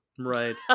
Right